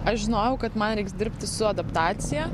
aš žinojau kad man reiks dirbti su adaptacija